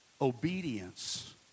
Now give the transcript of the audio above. obedience